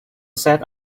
set